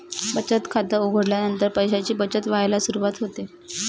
बचत खात उघडल्यानंतर पैशांची बचत व्हायला सुरवात होते